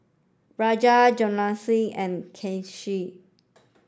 Raja Jahangir and Kanshi